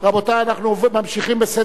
אנחנו ממשיכים בסדר-היום.